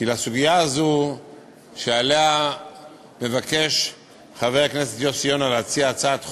כי לסוגיה הזו שלגביה מבקש חבר הכנסת יוסי יונה להציע הצעת חוק,